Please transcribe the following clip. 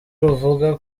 ruvuga